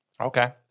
Okay